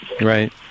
Right